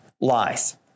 lies